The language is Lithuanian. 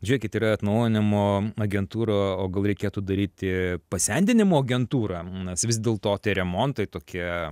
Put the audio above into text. žiūrėkit ir atnaujinimo agentūra o gal reikėtų daryti pasendinimo agentūrą a nes vis dėl to tie remontai tokie